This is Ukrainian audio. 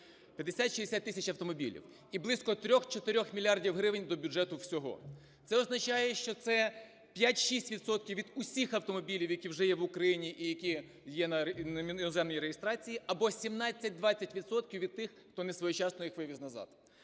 50-60 тисяч автомобілів, і близько 3-4 мільярдів гривень до бюджету всього. Це означає, що це 5-6 відсотків від усіх автомобілів, які вже є в Україні і які є на іноземній реєстрації, або 17-20 відсотків від тих, хто несвоєчасно їх вивіз назад.